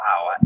wow